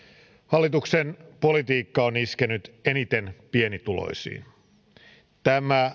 hallituksen politiikka on iskenyt eniten pienituloisiin tämä